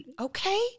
Okay